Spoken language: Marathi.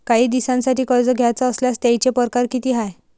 कायी दिसांसाठी कर्ज घ्याचं असल्यास त्यायचे परकार किती हाय?